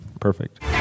perfect